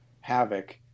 havoc